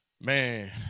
Man